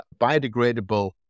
biodegradable